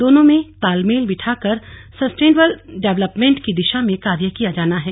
दोनों में तालमेल बिठाकर सस्टेनबल डेवलपमेंट की दिशा में कार्य किया जाना है